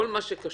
כל מה שקשור